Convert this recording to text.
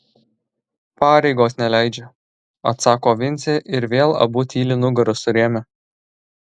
pareigos neleidžia atsako vincė ir vėl abu tyli nugaras surėmę